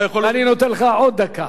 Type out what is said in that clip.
אני נותן לך עוד דקה.